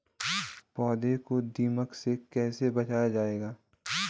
पौधों को दीमक से कैसे बचाया जाय?